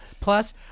Plus